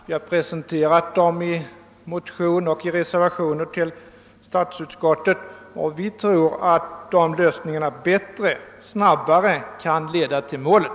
Vi har presenterat dem i motioner och i reservationer till statsutskottets utlåtande. Vi tror att de lösningarna är bättre och att de snabbare kan leda till målet.